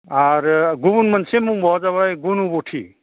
आरो गुबुन मोनसे मुंबावआ जाबाय गुनुबथि